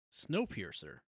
Snowpiercer